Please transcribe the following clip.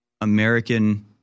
American